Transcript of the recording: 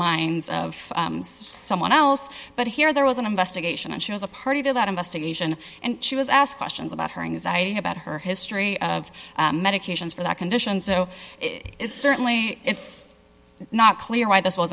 minds of someone else but here there was an investigation and she was a party to that investigation and she was asked questions about her anxiety about her history of medications for that condition so it's certainly it's not clear why this was